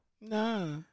Nah